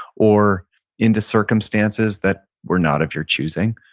or into circumstances that were not of your choosing,